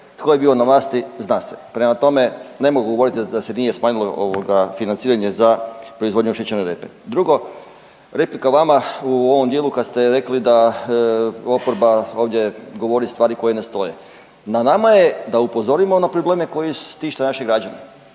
tko je bio na vlasti zna se. Prema tome, nemojte govoriti da se nije smanjilo ovoga financiranje za proizvodnju šećerne repe. Drugo, replika vama u ovom dijelu kad ste rekli da oporba ovdje govori stvari koje ne stoje. Na nama je da upozorimo na probleme koji tište naše građane